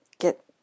get